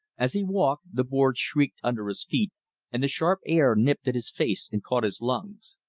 as he walked, the boards shrieked under his feet and the sharp air nipped at his face and caught his lungs.